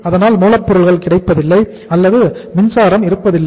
அதனால் மூலப்பொருள் கிடைப்பதில்லை அல்லது மின்சாரம் இருப்பதில்லை